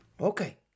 Okay